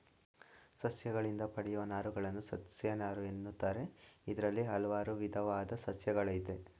ಸಸ್ಯಗಳಿಂದ ಪಡೆಯುವ ನಾರುಗಳನ್ನು ಸಸ್ಯನಾರು ಎನ್ನುತ್ತಾರೆ ಇದ್ರಲ್ಲಿ ಹಲ್ವಾರು ವಿದವಾದ್ ಸಸ್ಯಗಳಯ್ತೆ